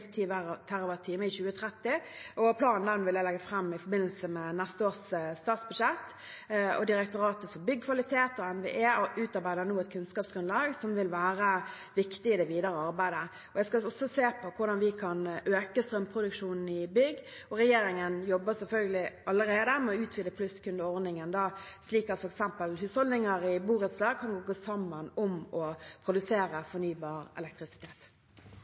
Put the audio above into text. neste års statsbudsjett. Direktoratet for byggkvalitet og NVE utarbeider nå et kunnskapsgrunnlag som vil være viktig i det videre arbeidet. Jeg skal også se på hvordan vi kan øke strømproduksjonen i bygg, og regjeringen jobber selvfølgelig allerede med å utvide plusskundeordningen, slik at f.eks. husholdninger i borettslag kan gå sammen om å produsere fornybar elektrisitet.